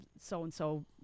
so-and-so